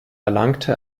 erlangte